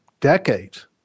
decades